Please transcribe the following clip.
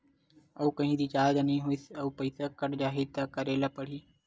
आऊ कहीं रिचार्ज नई होइस आऊ पईसा कत जहीं का करेला पढाही?